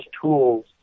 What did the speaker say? tools